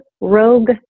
rogue